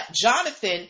Jonathan